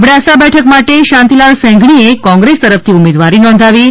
અબડાસા બેઠક માટે શાંતિલાલ સેંઘણીએ કોંગ્રેસ તરફ થી ઉમેદવારી નોંધાવી છે